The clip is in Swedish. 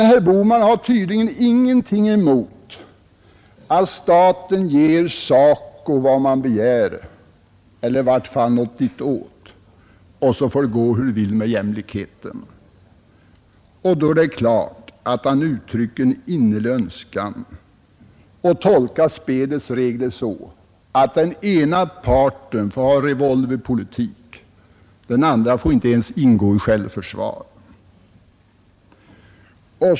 Men herr Bohman har tydligen ingenting emot att staten ger SACO vad man där begär — eller i vart fall någonting ditåt — och så får det gå hur det vill med jämlikheten. Då är det klart att han uttrycker en innerlig önskan att tolka spelets regler så, att den ena parten får föra revolverpolitik, medan den andra inte ens får ingå i självförsvar.